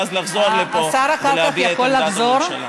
ואז לחזור לפה ולהביע את עמדת הממשלה.